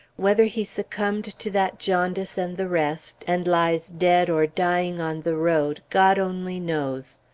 whether he succumbed to that jaundice and the rest, and lies dead or dying on the road, god only knows.